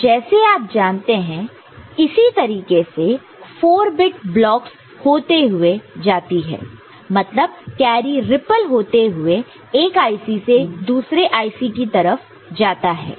तो जैसे आप जानते हैं इसी तरीके से 4 बिट ब्लॉकस होते हुए जाती है मतलब कैरी रिप्पल होते हुए एक IC से दूसरे IC की तरफ जाता है